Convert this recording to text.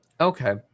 Okay